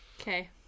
Okay